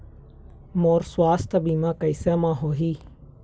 मोर सुवास्थ बीमा कैसे म होही?